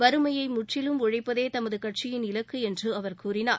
வறுமையை முற்றிலும் ஒழிப்பதே தமது கட்சியின் இலக்கு என்று அவர் கூறினார்